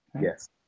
yes